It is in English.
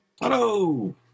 Hello